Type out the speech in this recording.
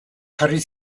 jarri